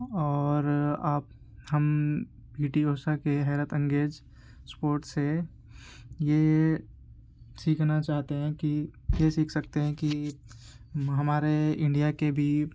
اور آپ ہم پی ٹی اوشا کے حیرت انگیز اسپورٹس سے یہ سیکھنا چاہتے ہیں کہ یہ سیکھ سکتے ہیں کہ ہمارے انڈیا کے بھی